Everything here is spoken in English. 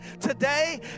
today